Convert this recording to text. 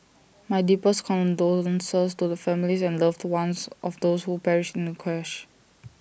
my deepest condolences to the families and loved ones of those who perished in the crash